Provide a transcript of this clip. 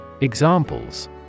Examples